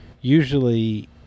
usually